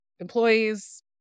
employees